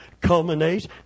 culminate